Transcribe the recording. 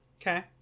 Okay